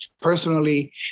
personally